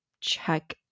check